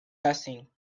nothing